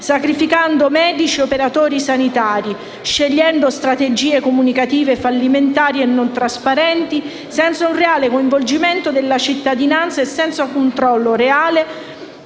sacrificando medici e operatori sanitari, scegliendo strategie comunicative fallimentari e non trasparenti, senza un reale coinvolgimento della cittadinanza e senza un controllo reale